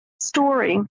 story